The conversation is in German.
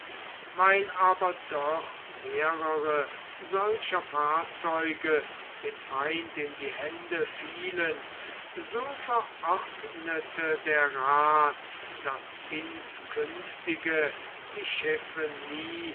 weil aber doch mehrere solcher fahrzeuge dem feind in die hände fielen so verordnete der rath daß inskünftige die schiffe nie